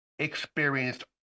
experienced